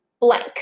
blank